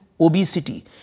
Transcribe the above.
obesity